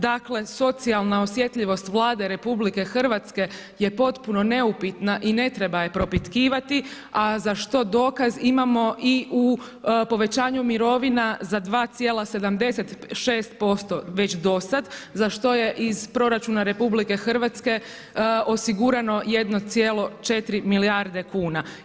Dakle, socijalna osjetljivost Vlade RH je potpuno neupitna i ne treba je propitkivati, a za što dokaz imamo i u povećanju mirovina za 2,76% već do sad, za što je iz proračuna RH osigurano 1,4 milijarde kuna.